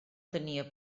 tenia